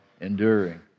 enduring